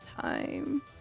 time